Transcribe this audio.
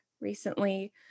recently